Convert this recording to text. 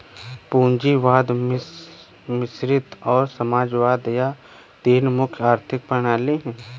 पूंजीवाद मिश्रित और समाजवाद यह तीन प्रमुख आर्थिक प्रणाली है